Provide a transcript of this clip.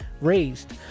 raised